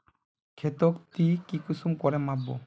खेतोक ती कुंसम करे माप बो?